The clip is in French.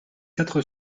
quatre